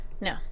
no